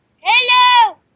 Hello